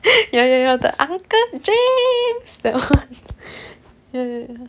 ya ya ya the uncle james that one